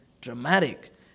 dramatic